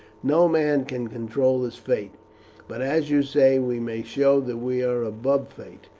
no man can control his fate but, as you say, we may show that we are above fate.